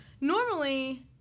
Normally